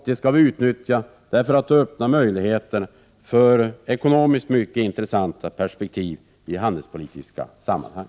Det skall vi utnyttja, eftersom det öppnar möjligheter för ekonomiskt mycket intressanta perspektiv i handelspolitiska sammanhang.